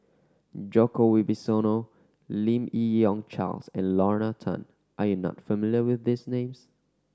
Djoko Wibisono Lim Yi Yong Charles and Lorna Tan are you not familiar with these names